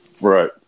right